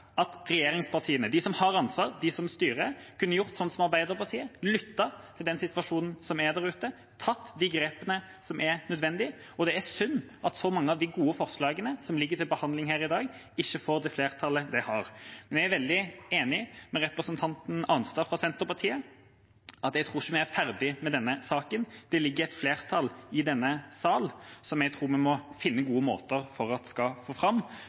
at regjeringspartiene, de som har ansvar, de som styrer, kunne gjort som Arbeiderpartiet, lyttet med tanke på den situasjonen som er der ute, og tatt de grepene som er nødvendige. Det er synd at så mange av de gode forslagene som ligger til behandling her i dag, ikke får det flertallet de har. Men jeg er veldig enig med representanten Arnstad fra Senterpartiet – jeg tror ikke vi er ferdig med denne saken. Det ligger et flertall i denne salen som jeg tror vi må finne gode måter for å få fram,